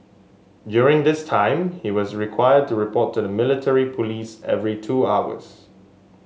during this time he is required to report to the military police every two hours